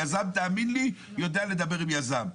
יזם, תאמין לי, יודע לדבר עם יזם.